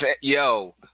Yo